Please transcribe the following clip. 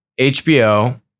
HBO